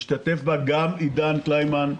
השתתף בה גם עידן קלימן.